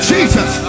Jesus